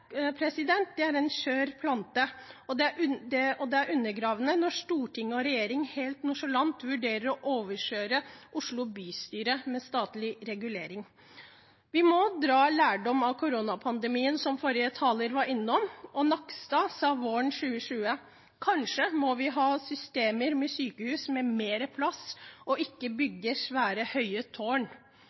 er en skjør plante, og det er undergravende når storting og regjering helt nonsjalant vurderer å overkjøre Oslo bystyre med statlig regulering. Vi må dra lærdom av koronapandemien, som forrige taler var innom. Espen Rostrup Nakstad sa våren 2020: «Kanskje må vi ha systemer med sykehus med mer plass, ikke bygge svære høye tårn.»